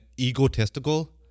egotistical